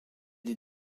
des